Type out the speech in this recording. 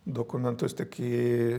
dokumentus tik į